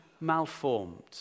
malformed